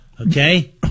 Okay